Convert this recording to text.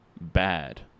bad